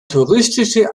touristische